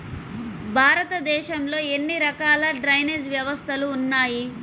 భారతదేశంలో ఎన్ని రకాల డ్రైనేజ్ వ్యవస్థలు ఉన్నాయి?